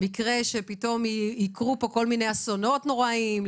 למקרה שפתאום יקרו פה כל מיני אסונות נוראיים.